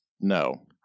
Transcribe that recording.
No